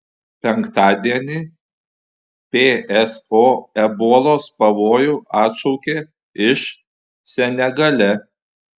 penktadienį pso ebolos pavojų atšaukė iš senegale